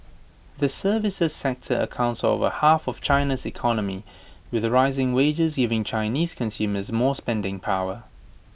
the services sector accounts for over half of China's economy with rising wages giving Chinese consumers more spending power